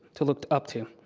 to look up to.